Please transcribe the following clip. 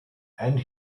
and